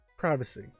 privacy